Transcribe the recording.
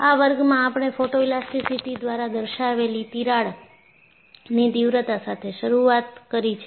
આ વર્ગમાં આપણે ફોટોઇલાસ્ટીસીટી દ્વારા દર્શાવેલી તિરાડની તીવ્રતા સાથે શરૂઆત કરી છે